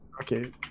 okay